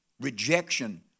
rejection